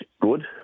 good